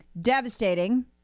Devastating